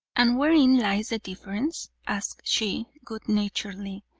and wherein lies the difference? asked she, good naturedly.